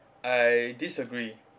I disagree